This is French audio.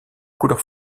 couleur